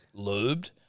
lubed